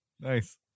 nice